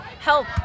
Help